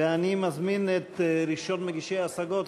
ואני מזמין את ראשון מגישי ההשגות,